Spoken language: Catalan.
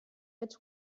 vaig